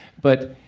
but,